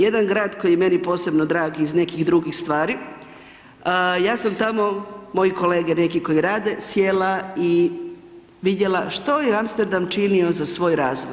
Jedan grad koji je meni posebno drag iz nekih drugih stvari, ja sam tamo, moji kolege neki koji rade, sjela i vidjela što je Amsterdam činio za svoj razvoj.